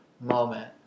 moment